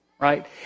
right